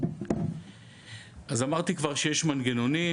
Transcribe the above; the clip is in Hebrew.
אמרתי כבר שיש מנגנונים,